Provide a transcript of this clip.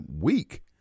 week